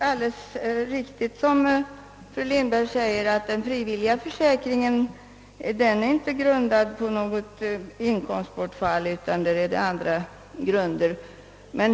Herr talman! Såsom fru Lindberg säger är den frivilliga försäkringen inte grundad på något inkomstbortfall.